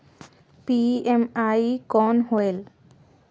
PME कौन होयल?